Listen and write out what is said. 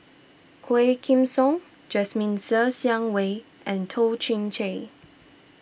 Quah Kim Song Jasmine Ser Xiang Wei and Toh Chin Chye